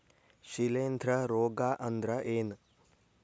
ಶಿಲೇಂಧ್ರ ರೋಗಾ ಅಂದ್ರ ಏನ್?